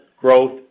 growth